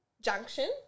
junction